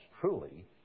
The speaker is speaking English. truly